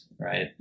right